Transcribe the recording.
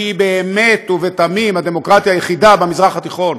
שהיא באמת ובתמים הדמוקרטיה היחידה במזרח התיכון,